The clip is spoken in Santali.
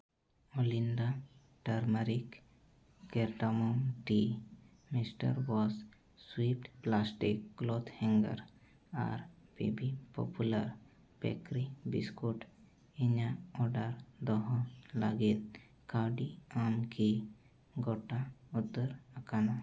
ᱚᱞᱤᱱᱰᱟ turmeric cardamom tea mister boss swift plastic cloth ᱦᱮᱜᱟᱨ ᱟᱨ B B popular bakery biscuit ᱤᱧᱟᱹᱜ ᱚᱰᱟᱨ ᱫᱚᱦᱚᱭ ᱞᱟᱹᱜᱤᱫ ᱠᱟᱹᱣᱰᱤ ᱟᱢ ᱠᱤ ᱜᱚᱴᱟ ᱩᱛᱟᱹᱨ ᱟᱠᱟᱱᱟ